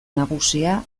nagusia